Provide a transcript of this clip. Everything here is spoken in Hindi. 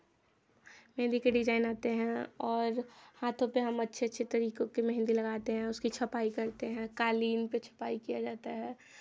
मेहंदी के डिज़ाइन आते हैं और हाथों पे हम अच्छे अच्छे तरीकों के मेहन्दी लगाते हैं उसकी छपाई करते हैं कालीन पे छपाई किया जाता है